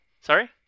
sorry